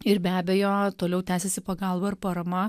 ir be abejo toliau tęsiasi pagalba ir parama